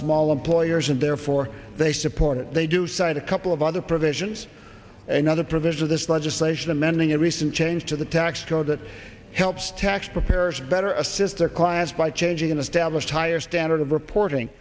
small employers and therefore they support it they do cite a couple of other provisions another provision of this legislation amending a recent change to the tax code that helps tax preparers better assist their clients by changing an established higher standard of reporting